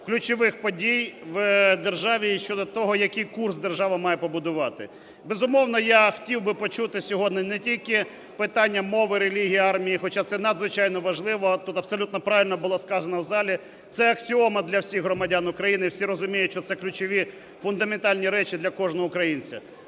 ключових подій в державі і щодо того, який курс держава має побудувати. Безумовно, я хотів би почути сьогодні не тільки питання мови, релігії, армії, хоча це надзвичайно важливо, тут абсолютно правильно було сказано в залі, це аксіома для всіх громадян України, і всі розуміють, що це ключові фундаментальні речі для кожного українця.